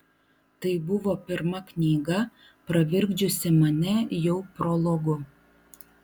tai buvo pirma knyga pravirkdžiusi mane jau prologu